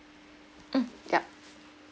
mm yup